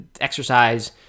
exercise